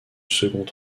second